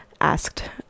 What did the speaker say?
asked